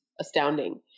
astounding